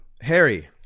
Harry